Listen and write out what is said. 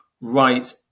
right